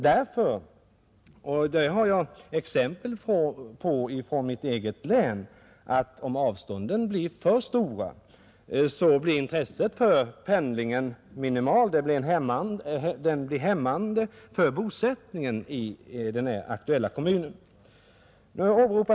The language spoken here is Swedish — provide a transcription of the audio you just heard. Jag har nämligen exempel från mitt eget län att om avstånden blir för stora, så blir intresset för pendling minimalt, vilket verkar hämmande för en bosättning i den aktuella kommunen.